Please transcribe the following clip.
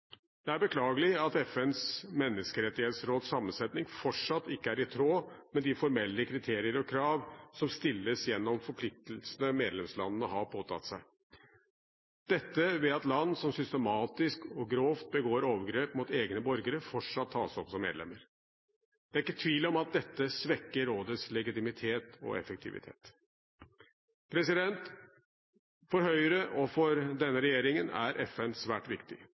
Det er beklagelig at FNs menneskerettighetsråds sammensetning fortsatt ikke er i tråd med de formelle kriterier og krav som stilles gjennom forpliktelsene medlemslandene har påtatt seg, ved at land som systematisk og grovt begår overgrep mot egne borgere, fortsatt tas opp som medlemmer. Det er ikke tvil om at dette svekker rådets legitimitet og effektivitet. For Høyre og for denne regjeringen er FN svært viktig.